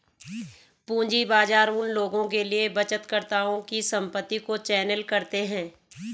पूंजी बाजार उन लोगों के लिए बचतकर्ताओं की संपत्ति को चैनल करते हैं